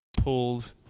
pulled